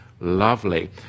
Lovely